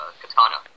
katana